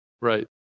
Right